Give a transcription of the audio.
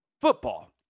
football